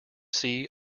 see